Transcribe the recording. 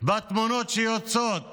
בתמונות שיוצאות